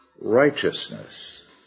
righteousness